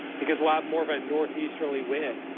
because we'll have more of a northeasterly wind.